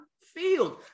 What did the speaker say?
field